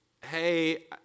hey